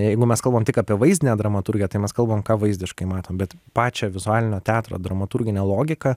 jeigu mes kalbam tik apie vaizdinę dramaturgiją tai mes kalbam ką vaizdiškai matom bet pačią vizualinio teatro dramaturginę logiką